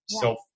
self